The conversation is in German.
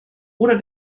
oder